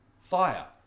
fire